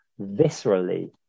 viscerally